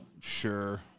Sure